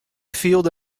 fielde